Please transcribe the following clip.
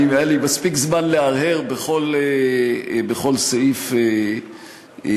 היה לי מספיק זמן להרהר בכל סעיף וסעיף.